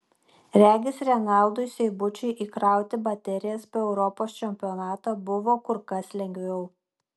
regis renaldui seibučiui įkrauti baterijas po europos čempionato buvo kur kas lengviau